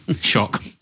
Shock